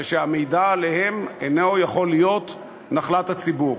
שהמידע עליהם אינו יכול להיות נחלת הציבור.